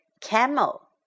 camel